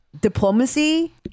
diplomacy